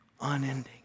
unending